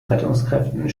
rettungskräften